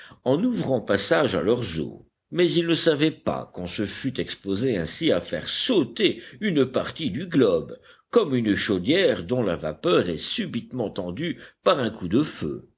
en ouvrant passage à leurs eaux mais ils ne savaient pas qu'on se fût exposé ainsi à faire sauter une partie du globe comme une chaudière dont la vapeur est subitement tendue par un coup de feu